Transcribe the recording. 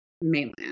mainland